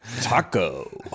Taco